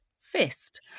fist